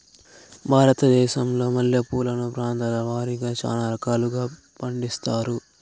భారతదేశంలో మల్లె పూలను ప్రాంతాల వారిగా చానా రకాలను పండిస్తారు